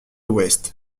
ouest